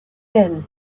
then